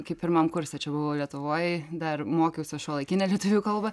kai pirmam kurse čia buvau lietuvoj dar mokiausi šiuolaikinę lietuvių kalbą